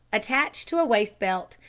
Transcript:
attached to a waist-belt,